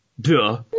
Duh